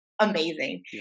amazing